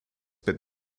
but